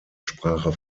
sprache